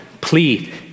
plead